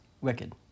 Wicked